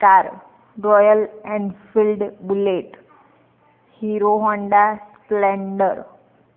car Royal Enfield Bullet Hero Honda Splendor